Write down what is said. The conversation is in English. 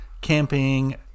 camping